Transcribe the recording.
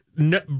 no